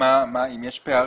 אם יש פערים,